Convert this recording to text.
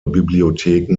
bibliotheken